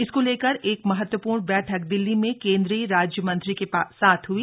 इसको लेकर एक महत्वपूर्ण बैठक दिल्ली में केन्द्रीय राज्य मंत्री के साथ हई